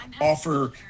offer